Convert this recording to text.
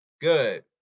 good